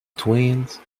twins